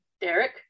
Derek